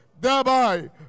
thereby